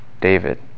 David